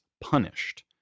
punished